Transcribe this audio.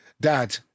Dad